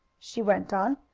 she went on.